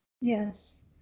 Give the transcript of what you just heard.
yes